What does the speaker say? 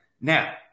now